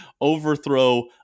overthrow